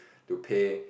to pay